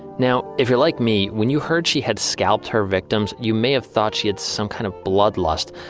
now if you're like me, when you heard she had scalped her victims, you may have thought she had some kind of blood lust.